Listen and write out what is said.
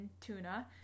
tuna